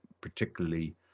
particularly